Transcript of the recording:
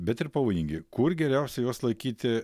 bet ir pavojingi kur geriausia juos laikyti